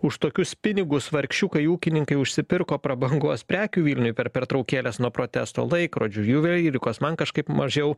už tokius pinigus vargšiukai ūkininkai užsipirko prabangos prekių vilniuj per pertraukėles nuo protestų laikrodžių juvelyrikos man kažkaip mažiau